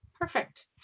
Perfect